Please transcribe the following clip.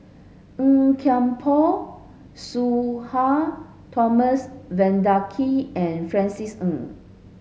Tan Kian Por Sudhir Thomas Vadaketh and Francis Ng